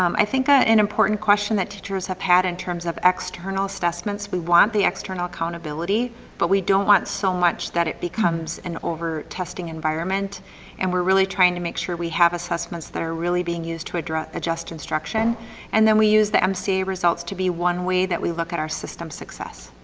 i think, ah an important question that teachers have had in terms of external assessments. we want the external accountability but we don't want so much that it becomes an over testing environment and we're really trying to make sure we have assessments that are really being used to adjust instruction and then we use the um mca results to be one way that we look at our system's success.